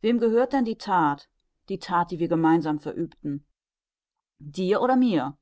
wem gehört denn die that die that die wir gemeinsam verübten dir oder mir